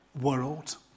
world